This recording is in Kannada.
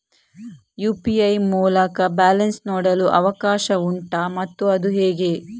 ಯು.ಪಿ.ಐ ಮೂಲಕ ಬ್ಯಾಲೆನ್ಸ್ ನೋಡಲು ಅವಕಾಶ ಉಂಟಾ ಮತ್ತು ಅದು ಹೇಗೆ?